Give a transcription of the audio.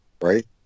right